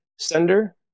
sender